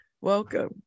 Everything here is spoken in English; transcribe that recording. Welcome